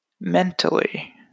mentally